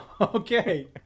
Okay